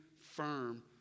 firm